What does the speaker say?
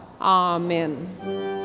Amen